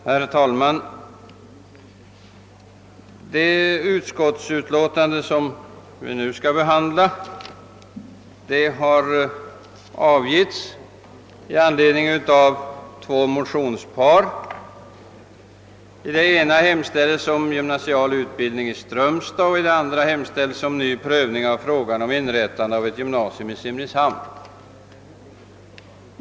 Herr talman! Det utskottsutlåtande som vi nu skall behandla har avgetts i anledning av två motionspar. I det ena hemställs on gymnasial utbildning i Strömstad och i det andra om ny prövning av. frågan om inrättande av ett gymnasium i Simrishamn.